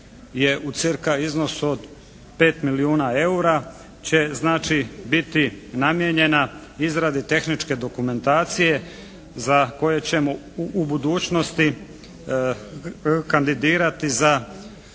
u cca. iznosu od 5 milijuna eura će znači biti namijenjena izradi tehničke dokumentacije za koje ćemo u budućnosti kandidirati za